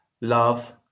love